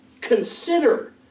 consider